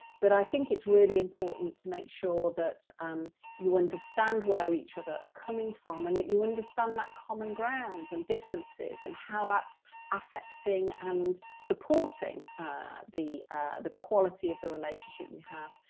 but i think it's really important to make sure that um you understand where each other are coming from and that you understand that common ground, and differences, and how that's affecting and supporting the the quality of the relationship we have.